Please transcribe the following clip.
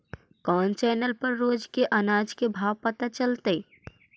कोन चैनल पर रोज के अनाज के भाव पता चलतै?